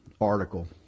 article